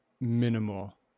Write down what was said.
minimal